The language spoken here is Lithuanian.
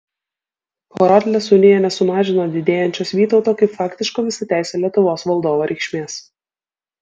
horodlės unija nesumažino didėjančios vytauto kaip faktiško visateisio lietuvos valdovo reikšmės